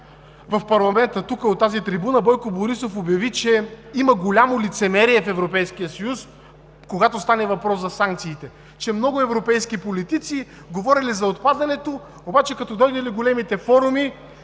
в парламента – тук, от тази трибуна, Бойко Борисов обяви, че има голямо лицемерие в Европейския съюз, когато стане въпрос за санкциите, че много европейски политици говорели за отпадането, обаче като дойдели големите форуми,